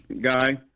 guy